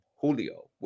Julio